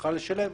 בכלל לשלם.